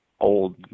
Old